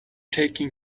taken